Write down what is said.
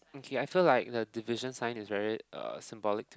okay I feel like the division signs is very uh symbolic to